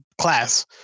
class